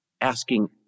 asking